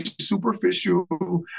superficial